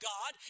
God